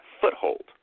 foothold